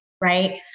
right